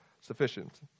sufficient